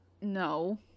no